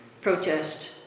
protest